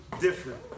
different